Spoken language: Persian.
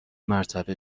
مرتبه